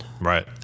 Right